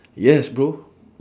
yes bro